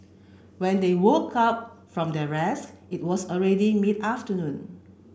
when they woke up from their rest it was already mid afternoon